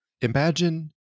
Imagine